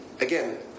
again